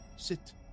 Sit